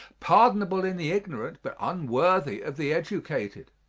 pardonable in the ignorant but unworthy of the educated.